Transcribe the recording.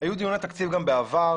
היו דיוני תקציב גם בעבר.